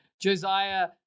Josiah